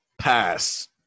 pass